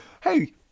Hey